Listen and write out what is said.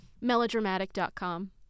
Melodramatic.com